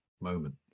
moment